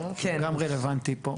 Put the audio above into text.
שהוא גם רלוונטי פה.